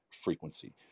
frequency